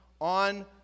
on